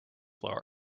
floor